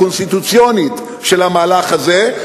הקונסטיטוציונית של המהלך הזה,